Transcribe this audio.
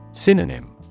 Synonym